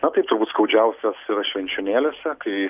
na tai turbūt skaudžiausias yra švenčionėliuose kai